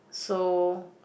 so